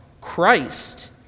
Christ